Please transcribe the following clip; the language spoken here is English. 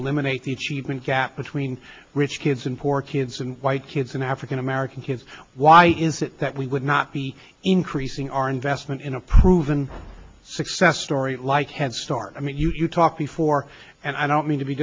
eliminate the achievement gap between rich kids and poor kids and white kids and african american kids why is it that we would not be increasing our investment in a proven success story like head start i mean you talked before and i don't mean to be